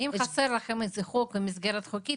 אם חסר לכם איזשהו חוק או מסגרת חוקית,